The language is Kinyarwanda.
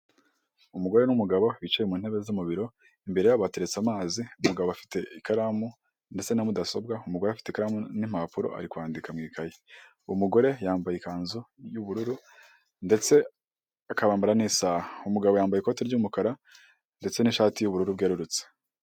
Umugore n'umugabo bicaye ku mu ntebe zo mu biro, imbere yabo hateretse amazi, umugabo afite ikaramu ndetse na mudasobwa, umugore afite ikaramu n'impapuro ari kwandika mu ikaye, umugore yambaye ikanzu y'ubururu ndetse akabambara n'isaha, umugabo yambaye ikoti ry'umukara ndetse n'ishati y'ubururu bwerurutse.